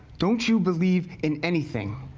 don't you believe in anything?